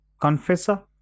Confessor